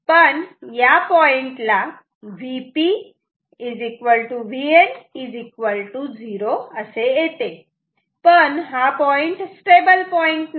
पण या पॉइंटला Vp Vn 0 येते पण हा पॉईंट स्टेबल पॉईन्ट नाही